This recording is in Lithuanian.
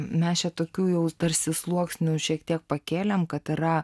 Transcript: mes čia tokių jau tarsi sluoksniu šiek tiek pakėlėm kad yra